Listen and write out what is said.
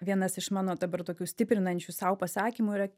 vienas iš mano dabar tokių stiprinančių sau pasakymų yra